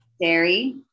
Dairy